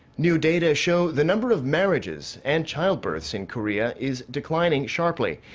new data show the number of marriges and childbirths in korea is declining sharply.